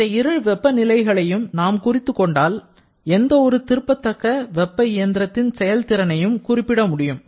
இந்த இரு வெப்பநிலைகளையும் நாம் குறித்துக் கொண்டால் எந்த ஒரு திருப்பத்தக்க வெப்ப இயந்திரத்தின் செயல்திறனையும் குறிப்பிட முடியும்